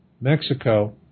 Mexico